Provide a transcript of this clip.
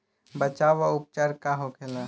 बचाव व उपचार का होखेला?